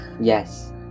yes